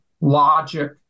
logic